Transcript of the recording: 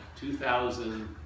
2000